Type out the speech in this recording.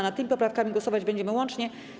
Nad tymi poprawkami głosować będziemy łącznie.